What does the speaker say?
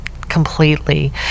completely